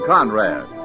Conrad